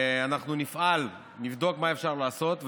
אנחנו נפעל ונבדוק מה אפשר לעשות,